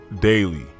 daily